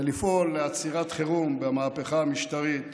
ולפעול לעצירת חירום במהפכה המשטרית,